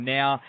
now